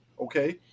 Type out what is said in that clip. okay